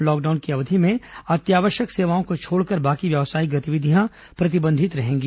lockdown अवधि में अत्यावश्यक सेवाओं को छोड़कर बाकी व्यावसायिक गतिविधियां प्रतिबंधित रहेगी